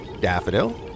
Daffodil